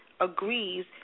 agrees